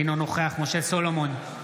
אינו נוכח משה סולומון,